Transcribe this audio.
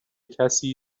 کسی